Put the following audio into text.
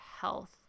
health